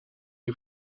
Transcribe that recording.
you